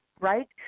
right